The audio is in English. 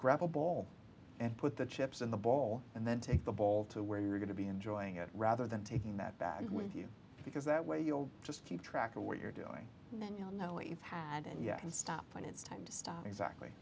grab a ball and put the chips in the ball and then take the ball to where you're going to be enjoying it rather than taking that bag with you because that way you'll just keep track of what you're doing and then you'll know what you've had and yet you've stopped when it's time to stop exactly